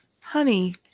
honey